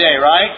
right